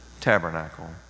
tabernacle